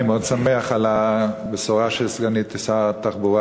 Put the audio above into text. אני מאוד שמח על הבשורה של סגנית שר התחבורה